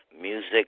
Music